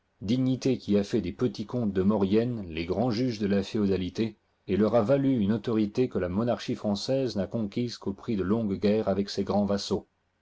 dignité qui a fait des petits comtes de mauriennr les grands juges de la féodalité et leur a valu une autorité que la monarchie française n'a conquise qu'au prix de longues guerres avec ses grands vassaux